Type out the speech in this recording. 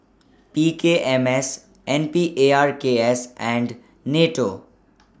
P K M S N P A R K S and NATO